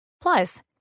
Plus